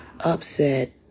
upset